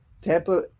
Tampa